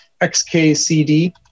xkcd